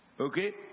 Okay